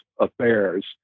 affairs